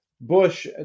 Bush